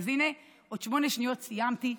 אז הינה, בעוד שמונה שניות סיימתי.